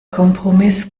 kompromiss